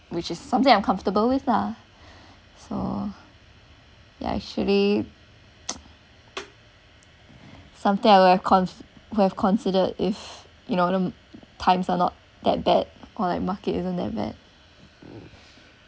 which is something I'm comfortable with ah so yeah actually something I would have con~ would have considered if you know times are not that bad or like market isn't that bad